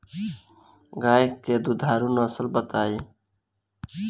गाय के दुधारू नसल बताई?